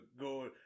go